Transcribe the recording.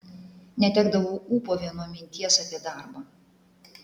netekdavau ūpo vien nuo minties apie darbą